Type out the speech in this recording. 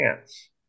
chance